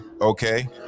okay